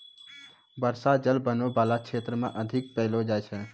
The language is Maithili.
बर्षा जल बनो बाला क्षेत्र म अधिक पैलो जाय छै